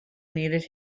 needed